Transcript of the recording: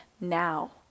now